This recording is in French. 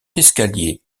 escalier